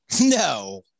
No